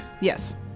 Yes